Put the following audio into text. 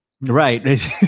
right